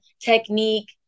technique